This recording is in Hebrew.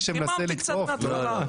אם לא איזה ארגון שמאל קיצוני שמנסה לדחוף.